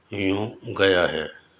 یوں گیا ہے